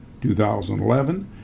2011